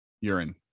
Urine